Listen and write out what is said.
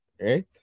Right